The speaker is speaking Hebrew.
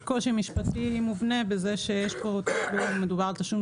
יש קושי משפטי מובנה בזה שמדובר בתשלום